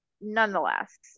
nonetheless